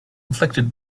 inflicted